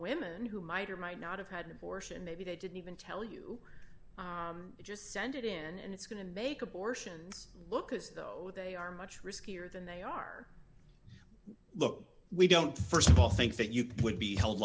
women who might or might not have had abortions maybe they didn't even tell you you just send it in and it's going to make abortions look as though they are much riskier than they are look we don't st of all think that you would be held